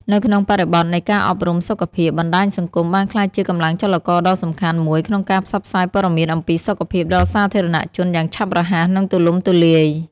នៅក្នុងបរិបទនៃការអប់រំសុខភាព បណ្តាញសង្គមបានក្លាយជាកម្លាំងចលករដ៏សំខាន់មួយក្នុងការផ្សព្វផ្សាយព័ត៌មានអំពីសុខភាពដល់សាធារណជនយ៉ាងឆាប់រហ័សនិងទូលំទូលាយ។